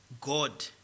God